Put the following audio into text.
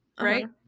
right